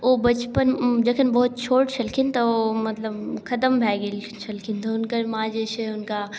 ओ बचपन जखन बहुत छोट छलखिन तऽ ओ मतलब खतम भए गेल छलखिन तऽ हुनकर माँ जे छै हुनका